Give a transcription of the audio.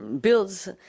builds